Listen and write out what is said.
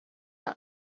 that